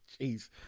Jeez